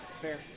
Fair